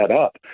up